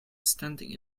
standing